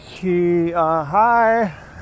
hi